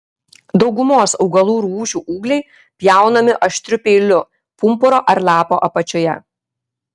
daugumos augalų rūšių ūgliai pjaunami aštriu peiliu pumpuro ar lapo apačioje